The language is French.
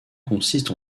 consiste